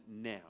now